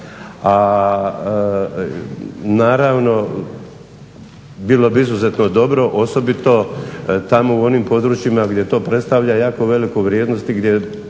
a naravno bilo bi izuzetno dobro, osobito tamo u onim područjima gdje to predstavlja jako veliku vrijednost i gdje